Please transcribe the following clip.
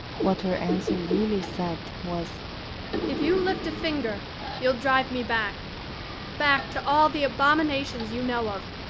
what her answer really said was if you lift a finger you'll drive me back back to all the abominations you know of,